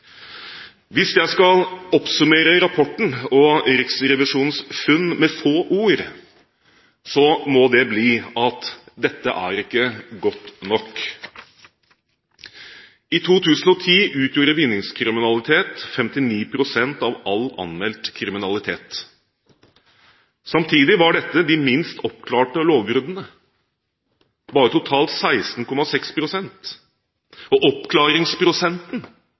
Hvis jeg skal oppsummere rapporten og Riksrevisjonens funn med få ord, må det bli at dette ikke er godt nok. I 2010 utgjorde vinningskriminalitet 59 pst. av all anmeldt kriminalitet. Samtidig var dette de minst oppklarte lovbruddene, bare totalt 16,6 pst. Oppklaringsprosenten